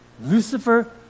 Lucifer